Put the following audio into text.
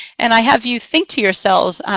and i have you think to yourselves,